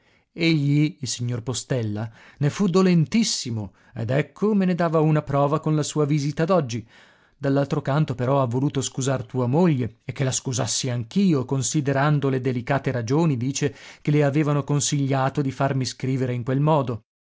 egli il signor postella ne fu dolentissimo ed ecco me ne dava una prova con la sua visita d'oggi dall'altro canto però ha voluto scusar tua l'uomo solo luigi pirandello moglie e che la scusassi anch'io considerando le delicate ragioni dice che le avevano consigliato di farmi scrivere in quel modo